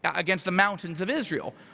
and against the mountains of israel.